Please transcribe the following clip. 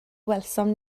welsom